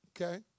okay